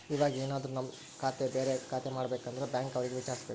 ಇವಾಗೆನದ್ರು ನಮ್ ಖಾತೆ ಬೇರೆ ಖಾತೆ ಮಾಡ್ಬೇಕು ಅಂದ್ರೆ ಬ್ಯಾಂಕ್ ಅವ್ರಿಗೆ ವಿಚಾರ್ಸ್ಬೇಕು